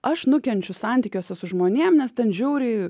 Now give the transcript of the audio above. aš nukenčiu santykiuose su žmonėms nes ten žiauriai